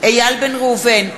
איל בן ראובן,